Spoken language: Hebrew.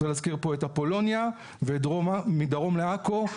צריך להזכיר פה את אפולוניה, ומדרום לעכו.